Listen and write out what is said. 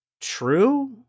true